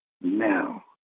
now